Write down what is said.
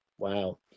Wow